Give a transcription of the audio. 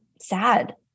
sad